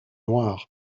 noire